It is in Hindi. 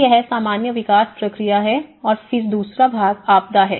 तो यह सामान्य विकास प्रक्रिया है और फिर दूसरा भाग आपदा है